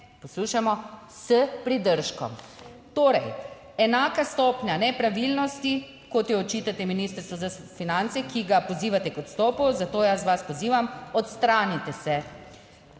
poslušajmo, s pridržkom. Torej enaka stopnja nepravilnosti, kot jo očitate Ministrstvu za finance, ki ga pozivate k odstopu. Zato jaz vas pozivam, odstranite se.